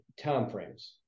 timeframes